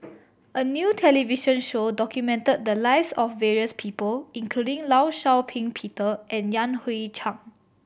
a new television show documented the lives of various people including Law Shau Ping Peter and Yan Hui Chang